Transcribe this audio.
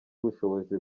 ubushobozi